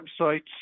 websites